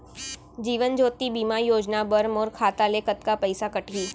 जीवन ज्योति बीमा योजना बर मोर खाता ले कतका पइसा कटही?